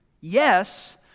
Yes